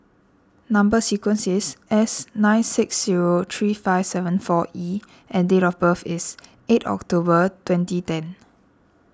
Number Sequence is S nine six zero three five seven four E and date of birth is eight October twenty ten